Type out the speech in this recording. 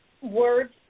words